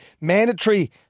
mandatory